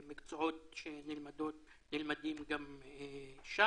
מקצועות שנלמדים גם שם